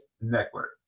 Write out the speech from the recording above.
Network